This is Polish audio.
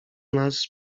nas